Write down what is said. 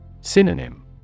Synonym